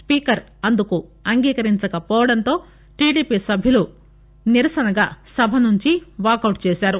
speaker అందుకు అంగీకరించకపోవడంతో TDP సభ్యులు అందుకు నిరసనగా సభ నుంచి వాకౌట్ చేశారు